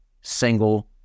single